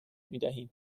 میدهیم